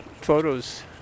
photos